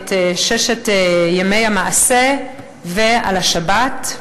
על ששת ימי המעשה ועל השבת,